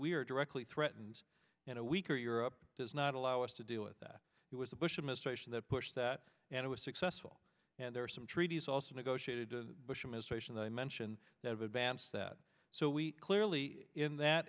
we are directly threatened in a weaker europe does not allow us to do it that it was the bush administration that pushed that and it was successful and there are some treaties also negotiated the bush administration that i mentioned that advance that so we clearly in that